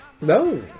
no